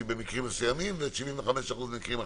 במקרים מסוימים או 75% במקרים אחרים.